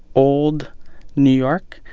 old new york.